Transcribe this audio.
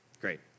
great